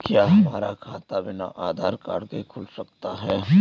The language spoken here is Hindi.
क्या हमारा खाता बिना आधार कार्ड के खुल सकता है?